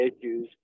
issues